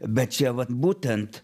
bet čia vat būtent